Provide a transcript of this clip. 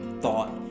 thought